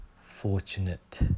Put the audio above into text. fortunate